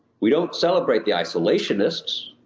we don't celebrate the isolationists.